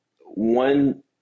one